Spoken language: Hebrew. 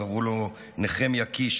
קראו לו נחמיה קיש,